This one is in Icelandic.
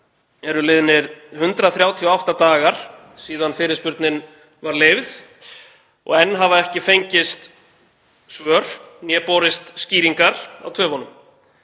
eru liðnir 138 dagar síðan fyrirspurnin var leyfð og enn hafa engin svör borist né skýringar á töfunum.